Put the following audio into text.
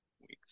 weeks